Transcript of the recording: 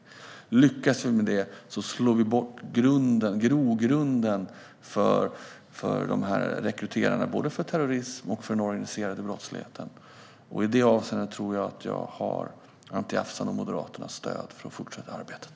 Om vi lyckas med det slår vi undan grogrunden för rekryterarna både när det gäller terrorism och när det gäller den organiserade brottsligheten. I det avseendet tror jag att jag har Anti Avsans och Moderaternas stöd för att fortsätta arbetet.